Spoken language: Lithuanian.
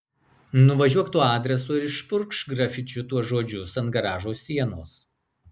nuvažiuok tuo adresu ir išpurkšk grafičiu tuos žodžius ant garažo sienos